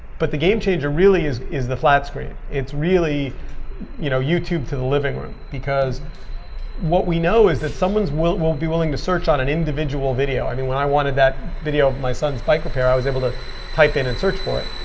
but the game changer really is is the flat screen. it's really you know youtube to the living room. because what we know is that someone will be willing to search on an individual video. i mean, when i wanted that video of my son's bike repair, i was able to type in and search for it.